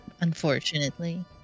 Unfortunately